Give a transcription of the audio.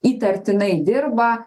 įtartinai dirba